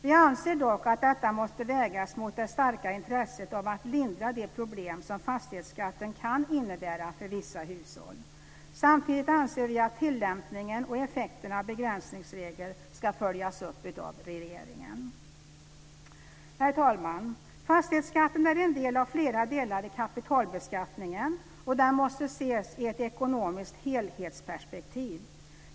Vi anser dock att detta måste vägas mot det starka intresset av att lindra de problem som fastighetsskatten kan innebära för vissa hushåll. Samtidigt anser vi att tillämpningen och effekterna av begränsningsregeln ska följas upp av regeringen. Herr talman! Fastighetsskatten är en del av flera delar i kapitalbeskattningen och den måste ses i ett ekonomiskt helhetsperspektiv.